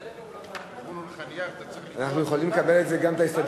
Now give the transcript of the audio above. הביאו לך נייר, אתה צריך לקרוא אותו.